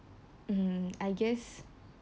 mm I guess